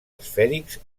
esfèrics